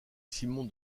simon